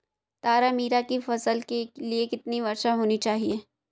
तारामीरा की फसल के लिए कितनी वर्षा होनी चाहिए?